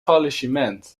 faillissement